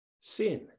sin